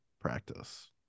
practice